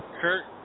Kurt